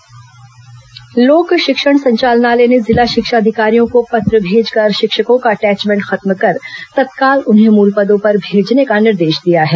शिक्षक अटैचमेंट समाप्त लोक शिक्षण संचालनालय ने जिला शिक्षा अधिकारियों को पत्र भेजकर शिक्षकों का अटैचमेंट खत्म कर तत्काल उन्हें मूल पदों पर भेजने का निर्देश दिया है